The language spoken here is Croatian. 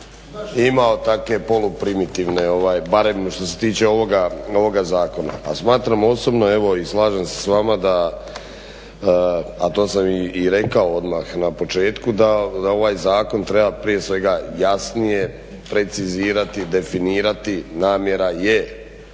imao takve poluprimitivne barem što se tiče ovoga zakona. A smatram osobno evo i slažem se s vama, a to sam i rekao odmah na početku da ovaj zakon treba prije svega jasnije precizirati, definirati. Namjera je